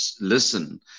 listen